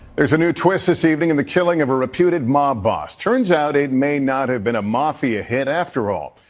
there's a new twist this evening in the killing of a reputed mob boss. turns out it may not have been a mafia hit after all.